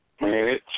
man